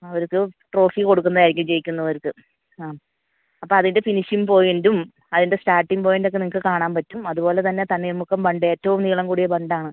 അവർക്ക് ട്രോഫി കൊടുക്കുന്നതായിരിക്കും ജയിക്കുന്നവർക്ക് ആ അപ്പം അതിൻ്റെ ഫിനിഷിംഗ് പോയിൻറും അയിൻ്റെ സ്റ്റാർട്ടിംഗ് പോയിൻറ് ഒക്കെ നിങ്ങൾക്ക് കാണാൻ പറ്റും അതുപോലെ തന്നെ തന്നെ നമുക്ക് ബണ്ട് ഏറ്റവും നീളം കൂടിയ ബണ്ട് ആണ്